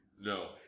No